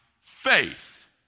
faith